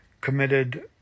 committed